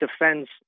defends